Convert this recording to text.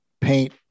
paint